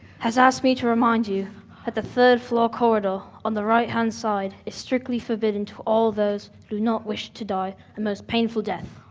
has asked me to remind you that the third floor corridor on the right hand side is strictly forbidden to all those who do not wish to die a most painful death.